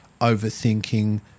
overthinking